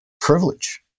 privilege